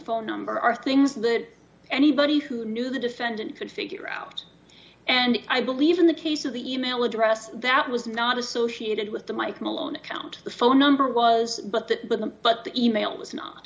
phone number are things that anybody who knew the defendant could figure out and i believe in the case of the e mail address that was not associated with the mike malone account the phone number was but the but the e mail was not